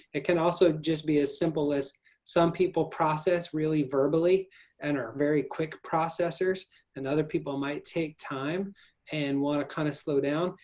it can also just be as simple as some people process really verbally and are very quick processors and other people might take time and want to kind of slow down.